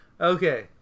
Okay